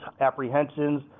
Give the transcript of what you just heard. apprehensions